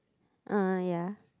uh ya